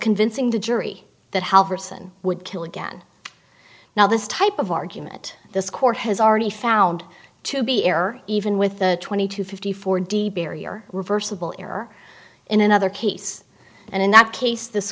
convincing the jury that how person would kill again now this type of argument this court has already found to be error even with the twenty to fifty four d barrier reversible error in another case and in that case th